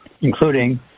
including